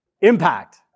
Impact